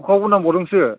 ककायावबो नांबावदोंसो